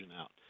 out